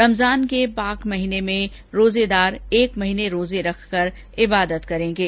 रमजान के पाक महीने में रोजेदार एक महीने रोजे रखकर इबादत करेंगे